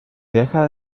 deja